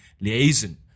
Liaison